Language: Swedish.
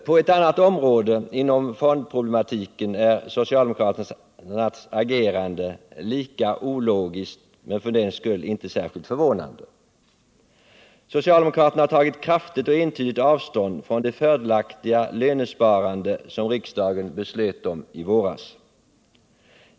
På ett annat område inom fondproblematiken är socialdemokraternas agerande lika ologiskt — men för den skull inte särskilt förvånande. Socialdemokraterna har tagit kraftigt och entydigt avstånd från det fördelaktiga lönsparande som riksdagen beslöt om i våras.